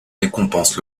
récompense